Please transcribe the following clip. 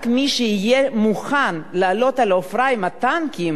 רק מי שיהיה מוכן לעלות על עופרה עם טנקים,